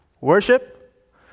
Worship